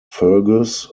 fergus